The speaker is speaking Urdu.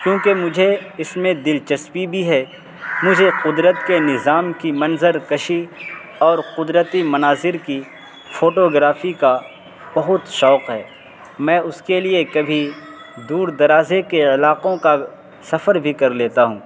کیونکہ مجھے اس میں دلچسپی بھی ہے مجھے قدرت کے نظام کی منظر کشی اور قدرتی مناظر کی فوٹوگرافی کا بہت شوق ہے میں اس کے لیے کبھی دور درازے کے علاقوں کا سفر بھی کر لیتا ہوں